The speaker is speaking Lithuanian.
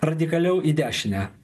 radikaliau į dešinę